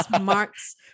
marks